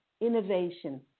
innovation